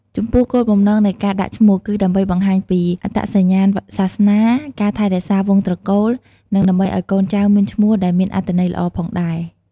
ចំពោះគោលបំណងនៃការដាក់ឈ្មោះ គឺដើម្បីបង្ហាញពី អត្តសញ្ញាណសាសនា ការថែរក្សាវង្សត្រកូល និងដើម្បីឲ្យកូនចៅមានឈ្មោះដែលមានអត្ថន័យល្អផងដែរ។